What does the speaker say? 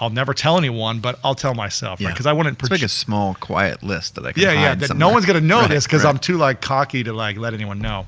i'll never tell anyone, but i'll tell myself? yeah cause i wanted make a small quiet list like yeah yeah but no one's gonna notice cause i'm too like cocky to like let anyone know.